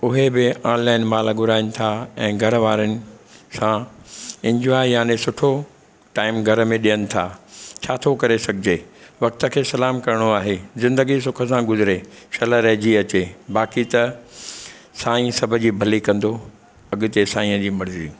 उहे बि ओनलाइन मालु घुराइनि था ऐं घर वारनि सां इनजॉय याने सुठो टाएम घर में ॾियनि था छा थो करे सघिजे वक़्तु खे सलाम करिणो आहे ज़िंदगी सुख सां गुज़िरे शल रहिजी अचे बाक़ी त साईं सभिजी भली कंदो अॻिते साईंअ जी मर्ज़ी